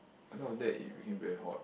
because of that it became very hot